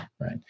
right